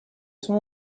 son